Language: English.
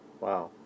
Wow